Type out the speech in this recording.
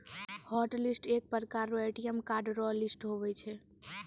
hotlist एक प्रकार रो ए.टी.एम कार्ड रो लिस्ट हुवै छै